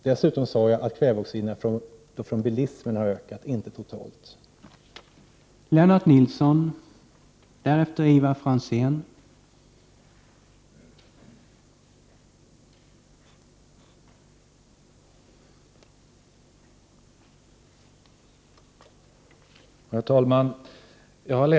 Dessutom sade jag att kväveoxiderna från bilismen har ökat, inte att det var en ökning totalt.